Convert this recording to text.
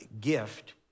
gift